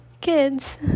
kids